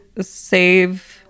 save